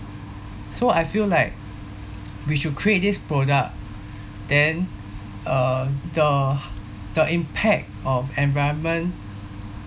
so I feel like we should create this product then uh the the impact of environment